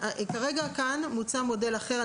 כאן מוצע מודל אחר.